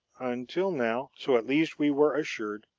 until now, so at least we were assured,